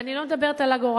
ואני לא מדברת על אגורה,